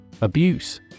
Abuse